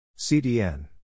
CDN